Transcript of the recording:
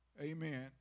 Amen